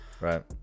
right